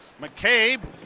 McCabe